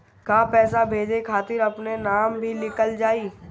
का पैसा भेजे खातिर अपने नाम भी लिकल जाइ?